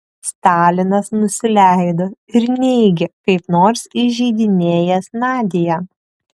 stalinas nusileido ir neigė kaip nors įžeidinėjęs nadią